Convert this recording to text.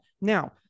Now